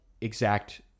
exact